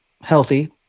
healthy